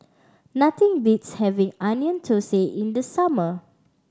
nothing beats having Onion Thosai in the summer